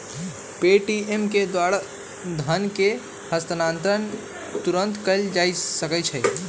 Paytm के द्वारा धन के हस्तांतरण तुरन्ते कएल जा सकैछइ